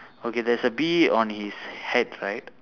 okay there's a bee on his hat right